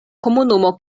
komunumo